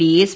D S